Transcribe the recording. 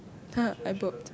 I burped